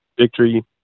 victory